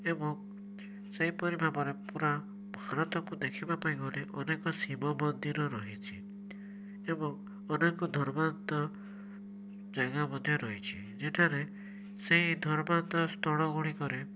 ଏବଂ ସେହିପରି ଭାବରେ ପୁରା ଭାରତକୁ ଦେଖିବା ପାଇଁ ଗଲେ ଅନେକ ଶିବ ମନ୍ଦିର ରହିଛି ଏବଂ ଅନେକ ଧର୍ମାନ୍ତ ଜାଗା ମଧ୍ୟ ରହିଛି ଯେଠାରେ ସେଇ ଧର୍ମାନ୍ତ ସ୍ଥଳଗୁଡ଼ିକରେ